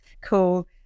cool